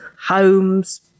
homes